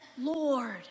Lord